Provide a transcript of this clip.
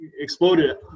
exploded